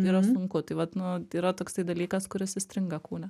yra sunku tai vat nu yra toksai dalykas kuris įstringa kūne